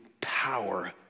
power